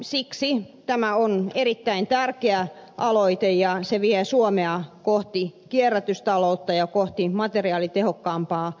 siksi tämä on erittäin tärkeä aloite ja vie suomea kohti kierrätystaloutta ja kohti materiaalitehokkaampaa taloutta